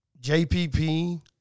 JPP